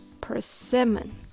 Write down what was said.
persimmon